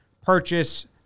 purchase